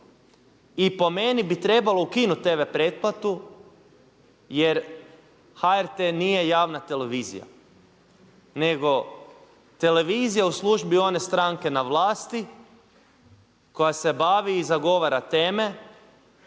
i po meni bi trebalo ukinuti TV pretplatu jer HRT nije javna televizija nego televizija u službi one stranke na vlasti koja se bavi i zagovara teme